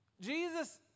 Jesus